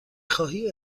خواهی